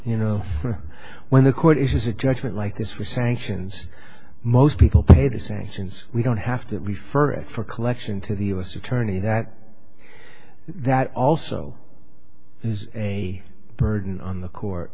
you know when the court is a judgment like this for sanctions most people pay the sanctions we don't have to refer for collection to the u s attorney that that also is a burden on the court